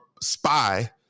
spy